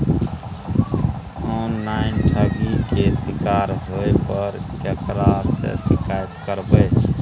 Online ठगी के शिकार होय पर केकरा से शिकायत करबै?